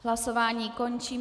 Hlasování končím.